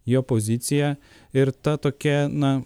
jo poziciją ir ta tokia na